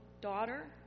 daughter